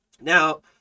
now